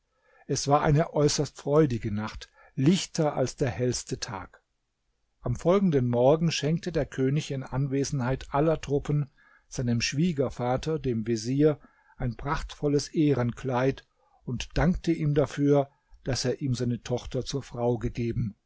es war eine äußerst freudige nacht lichter als der hellste tag am folgenden morgen schenkte der könig in anwesenheit aller truppen seinem schwiegervater dem vezier ein prachtvolles ehrenkleid und dankte ihm dafür daß er ihm seine tochter zur frau gegeben